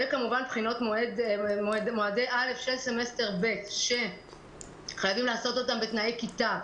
וכמובן בחינות מועדי א' של סמסטר ב' שחייבים לעשות אותן בתנאי כיתה,